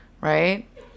Right